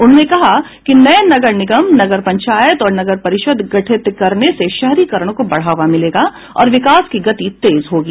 उन्होंने कहा कि नये नगर निगम नगर पंचायत और नगर परिषद गठित करने से शहरीकरण को बढ़ावा मिलेगा और विकास की गति तेज होगी